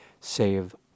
Save